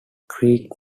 creek